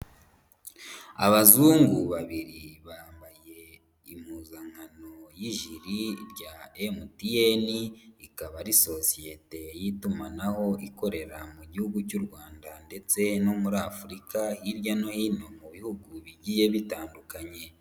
Abazungu babiri bambaye impuzankano y'ijiri rya MTN, ikaba ari sosiyete y'itumanaho ikorera mu gihugu cy'u Rwanda ndetse no muri Afurika hirya no hino mu bihugu bigiye bitandukanye.